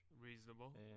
Reasonable